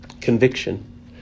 Conviction